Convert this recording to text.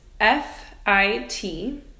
f-i-t